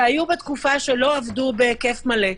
שהיו בתקופה שלא עבדו בהיקף מלא,